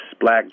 black